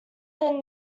than